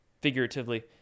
figuratively